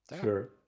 sure